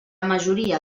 majoria